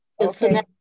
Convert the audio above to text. Okay